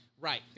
right